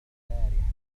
البارحة